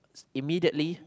immediately